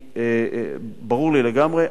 ברור לי לגמרי.